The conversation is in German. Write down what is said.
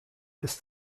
ist